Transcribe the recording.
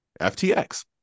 FTX